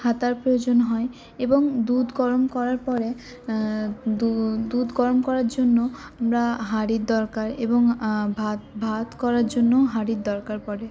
হাতার প্রয়োজন হয় এবং দুধ গরম করার পরে দু দুধ গরম করার জন্য আমরা হাঁড়ির দরকার এবং ভাত ভাত করার জন্যও হাঁড়ির দরকার পড়ে